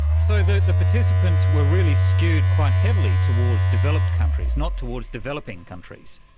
so the the participants were really skewed quite heavily towards developed countries, not towards developing countries?